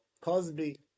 Cosby